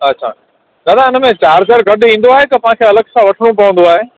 अच्छा दादा हिन में चार्जर गॾु ईंदो आहे की पाण खे अलॻि सां वठिणो पवंदो आहे